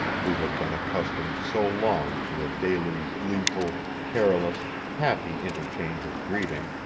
who had been accustomed so long to a daily gleeful, careless, happy interchange of greeting,